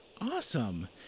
Awesome